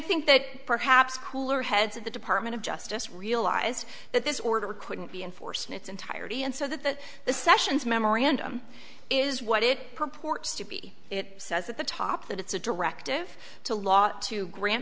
think that perhaps cooler heads of the department of justice realized that this order couldn't be enforced in its entirety and so that the sessions memorandum is what it purports to be it says at the top that it's a directive to law to grant